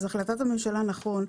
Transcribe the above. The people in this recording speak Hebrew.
נכון,